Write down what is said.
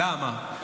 למה?